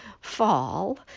fall